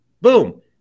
Boom